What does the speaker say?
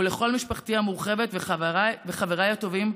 ולכל משפחתי המורחבת וחבריי הטובים,